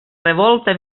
revolta